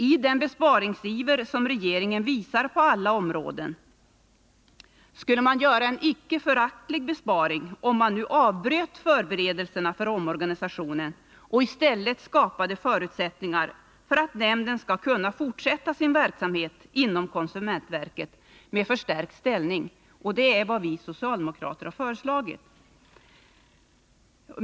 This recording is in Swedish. I den besparingsiver som regeringen visar på alla områden skulle man göra en icke föraktlig besparing, om man nu avbröt förberedelserna för omorganisationen och i stället skapade förutsättningar för att nämnden skall kunna fortsätta sin verksamhet inom konsumentverket med förstärkt ställning. Det är vad vi socialdemokrater har föreslagit.